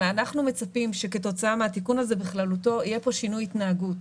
אלא אנחנו מצפים שכתוצאה מהתיקון הזה בכללותו יהיה פה שינוי התנהגות.